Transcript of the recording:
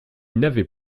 n’avait